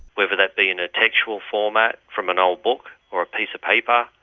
whether that be in a textual format from an old book or a piece of paper,